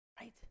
right